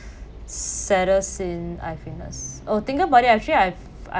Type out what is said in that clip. saddest scene I've witnessed oh think about it actually I've